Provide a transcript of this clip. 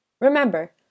Remember